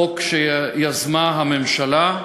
שיזמה הממשלה,